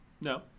No